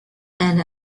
and